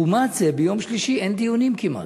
לעומת זה, ביום שלישי כמעט